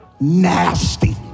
nasty